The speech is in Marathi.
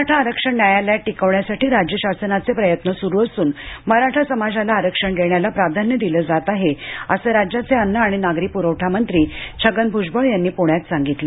मराठा आरक्षण न्यायालयात टिकवण्यासाठी राज्य शासनाचे प्रयत्न सुरु असून मराठा समाजाला आरक्षण देण्याला प्राधान्य दिल जात आहे असं राज्याचे अन्न आणि नागरी पुरवठा मंत्री छगन भुजबळ यांनी आज पुण्यात सांगितलं